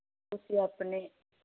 ਤੁਸੀਂ ਆਪਣੇ